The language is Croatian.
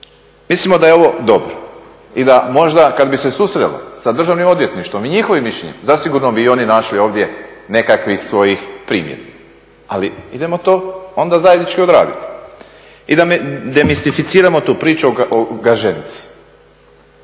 mislimo da je ovo dobro i da možda kada bi se susrelo sa državnim odvjetništvom i njihovim mišljenjem zasigurno bi i oni našli ovdje nekakvih svojih primjedbi. Ali idemo to onda zajednički odraditi. I da demistificiramo tu priču o Gaženici.